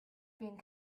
being